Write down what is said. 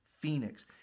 Phoenix